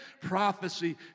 prophecy